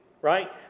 Right